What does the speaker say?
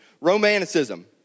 Romanticism